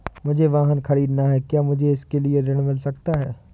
मुझे वाहन ख़रीदना है क्या मुझे इसके लिए ऋण मिल सकता है?